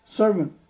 servant